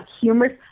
humorous